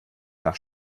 nach